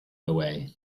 away